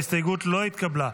ההסתייגות לא התקבלה.